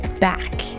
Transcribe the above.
back